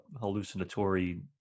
hallucinatory